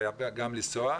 אני חייב גם לנסוע.